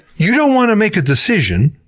you don't want to make a decision,